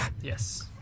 Yes